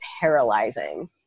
paralyzing